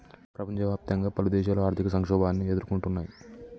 ప్రపంచవ్యాప్తంగా పలుదేశాలు ఆర్థిక సంక్షోభాన్ని ఎదుర్కొంటున్నయ్